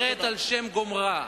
והמצווה נקראת על שם גומרה.